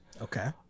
Okay